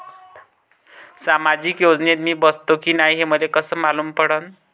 सामाजिक योजनेत मी बसतो की नाय हे मले कस मालूम पडन?